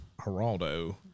Geraldo